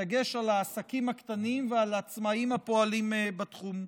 בדגש על העסקים הקטנים ועל העצמאים הפועלים בתחום.